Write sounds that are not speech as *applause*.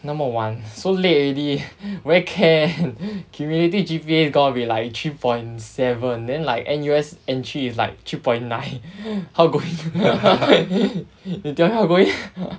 那么晚 so late already where can cummulative G_P_A is gonna be like three point seven then like N_U_S entry is like three point nine how go in *laughs* you tell me how go in *laughs*